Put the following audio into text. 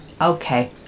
Okay